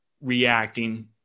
reacting